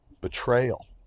betrayal